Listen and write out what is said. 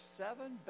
seven